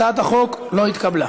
הצעת החוק לא התקבלה.